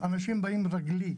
אנשים באים רגלית,